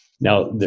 Now